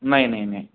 नाही नाही नाही